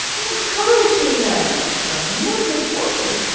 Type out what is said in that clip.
what courage you have! she cried and what good fortune!